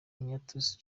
ignatius